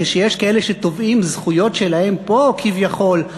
כשיש כאלה שתובעים זכויות שלהם פה כביכול,